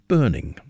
Burning